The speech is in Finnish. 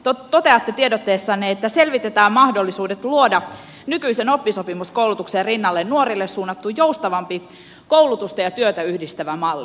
toteatte tiedotteessanne että selvitetään mahdollisuudet luoda nykyisen oppisopimuskoulutuksen rinnalle nuorille suunnattu joustavampi koulutusta ja työtä yhdistävä malli